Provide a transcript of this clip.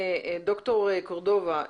דוקטור קורדובה,